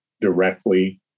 directly